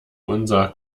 unser